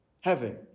heaven